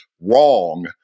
wrong